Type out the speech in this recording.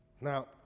Now